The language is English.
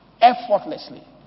effortlessly